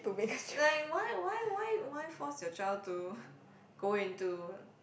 like why why why why force your child to go into